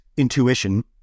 intuition